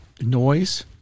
noise